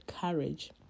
courage